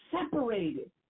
separated